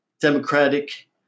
Democratic